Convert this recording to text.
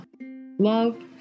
Love